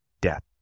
death